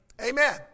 Amen